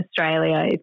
Australia